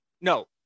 no